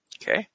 Okay